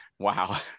Wow